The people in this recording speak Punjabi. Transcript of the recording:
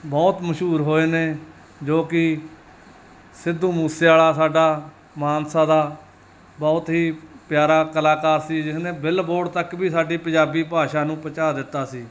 ਬਹੁਤ ਮਸ਼ਹੂਰ ਹੋਏ ਨੇ ਜੋ ਕਿ ਸਿੱਧੂ ਮੂਸੇਆਲਾ ਸਾਡਾ ਮਾਨਸਾ ਦਾ ਬਹੁਤ ਹੀ ਪਿਆਰਾ ਕਲਾਕਾਰ ਸੀ ਜਿਸ ਨੇ ਬਿੱਲਬੋਰਡ ਤੱਕ ਵੀ ਸਾਡੀ ਪੰਜਾਬੀ ਭਾਸ਼ਾ ਨੂੰ ਪਹੁੰਚਾ ਦਿੱਤਾ ਸੀ